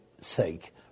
sake